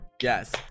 yes